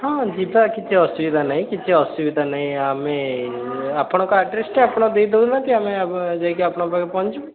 ହଁ ଯିବା କିଛି ଅସୁବିଧା ନାହିଁ କିଛି ଅସୁବିଧା ନାହିଁ ଆମେ ଆପଣଙ୍କ ଆଡ଼୍ରେସ୍ଟା ଆପଣ ଦେଇ ଦେଉ ନାହାନ୍ତି ଆମେ ଆପ ଯାଇ ଆପଣଙ୍କ ପାଖରେ ପହଞ୍ଚି ଯିବୁ